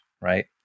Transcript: Right